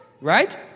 Right